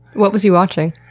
what was he watching?